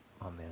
amen